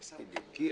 נכון, בדיוק.